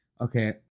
Okay